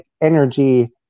energy